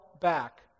back